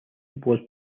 was